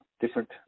different